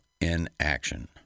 inaction